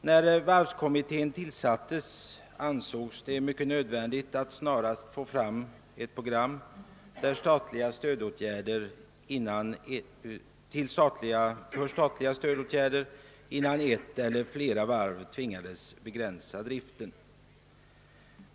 När varvskommittén tillsaties ansågs det mycket nödvändigt att snarast få fram ett program för statliga stödåtgärder innan ett eller flera varv tvingades begränsa driften.